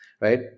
right